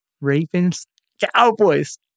Ravens-Cowboys